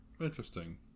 Interesting